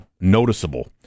noticeable